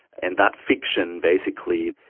and that fiction basically,